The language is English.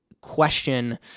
question